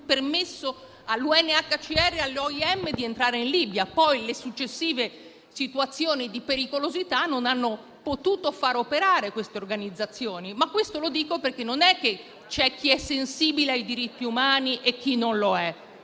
permesso all'UNHCR e all'OIM di entrare in Libia, anche se le successive situazioni di pericolosità non hanno consentito a queste organizzazioni di operare. Lo dico perché non è che c'è chi è sensibile ai diritti umani e chi non lo è.